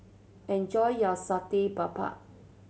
enjoy your Satay Babat